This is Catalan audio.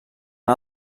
han